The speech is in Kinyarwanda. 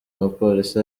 mupolisi